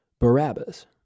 Barabbas